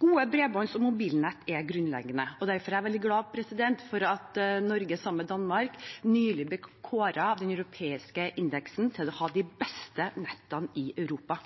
Gode bredbånds- og mobilnett er grunnleggende. Derfor er jeg veldig glad for at Norge sammen med Danmark nylig ble kåret av den europeiske indeksen til å ha de beste nett i Europa.